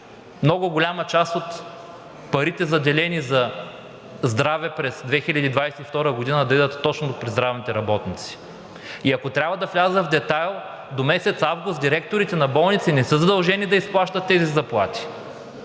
много голяма част от парите, заделени за здраве през 2022 г., да отидат точно при здравните работници. И ако трябва да вляза в детайл, до месец август директорите на болници не са задължени да изплащат тези заплати.